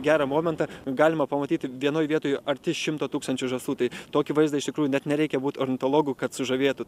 gerą momentą galima pamatyti vienoj vietoj arti šimto tūkstančių žąsų tai tokį vaizdą iš tikrųjų nereikia būt ornitologu kad sužavėtų